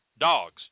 dogs